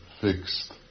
fixed